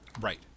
Right